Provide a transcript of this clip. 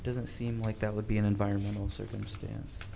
doesn't seem like that would be an environmental circumstance